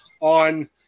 on –